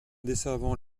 desservant